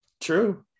True